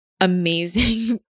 amazing